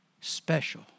special